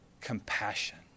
compassion